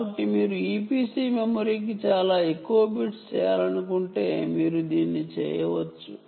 కాబట్టి మీరు EPC మెమరీకి ఎక్కువ బిట్స్ అలాట్ చేయాలనుకుంటే మీరు దీన్ని చెయ్యవచ్చు